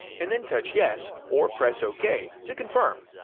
and then touch yes or press ok to confirm.